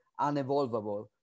unevolvable